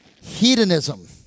hedonism